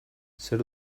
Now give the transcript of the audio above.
zer